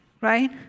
right